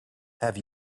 have